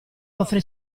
offre